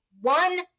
one